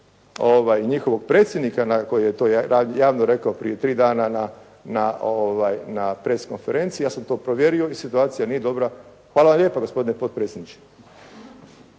njihovog predsjednika koji je to javno rekao prije tri dana na press konferenciji, ja sam to provjerio i situacija nije dobra. Hvala vam lijepo gospodine potpredsjedniče.